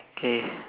okay